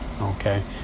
Okay